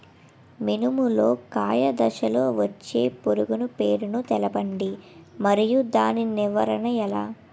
మినుము లో కాయ దశలో వచ్చే పురుగు పేరును తెలపండి? మరియు దాని నివారణ ఎలా?